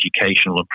educational